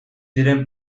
diren